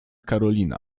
karolina